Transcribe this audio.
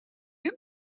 him